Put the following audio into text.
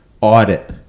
audit